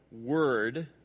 word